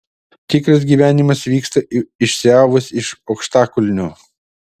tikras gyvenimas vyksta išsiavus iš aukštakulnių